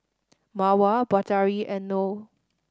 Mawar Batari and Noh